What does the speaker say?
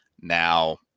Now